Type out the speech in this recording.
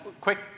quick